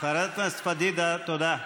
חברת הכנסת פדידה, תודה.